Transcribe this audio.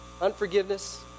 Unforgiveness